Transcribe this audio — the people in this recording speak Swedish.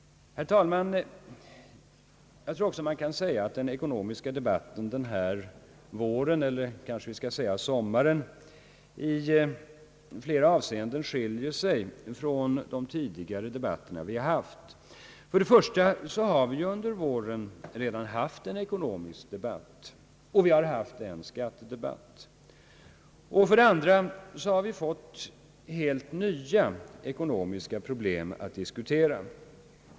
Herr talman. Man kan säga att den ekonomiska debatten den här våren i flera avseenden skiljer sig från tidigare debatter. För det första har vi under våren redan haft en ekonomisk debatt och en skattedebatt. För det andra har vi fått heli nya ekonomiska problem att diskutera.